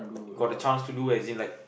got the chance to do as in like